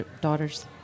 daughters